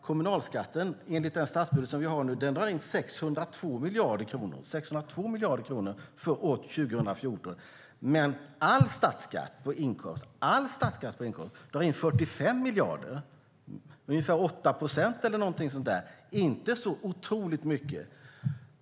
Kommunalskatten enligt den statsbudget som finns nu drar in 602 miljarder kronor för 2014, men all statsskatt på inkomst drar in 45 miljarder. Det är ungefär 8 procent och är alltså inte så otroligt mycket.